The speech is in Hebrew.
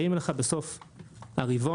באים אליך בסוף הרבעון,